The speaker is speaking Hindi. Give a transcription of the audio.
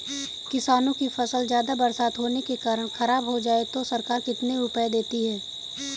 किसानों की फसल ज्यादा बरसात होने के कारण खराब हो जाए तो सरकार कितने रुपये देती है?